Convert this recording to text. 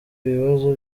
ibibazo